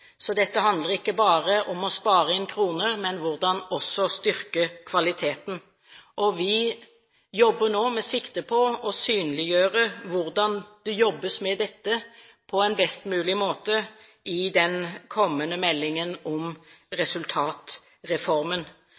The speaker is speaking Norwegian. så dette handler ikke bare om å spare inn kroner, men hvordan man også kan styrke kvaliteten. Vi jobber nå med sikte på å synliggjøre hvordan det jobbes med dette på en best mulig måte i den kommende meldingen om resultatreformen.